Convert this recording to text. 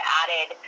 added